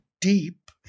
deep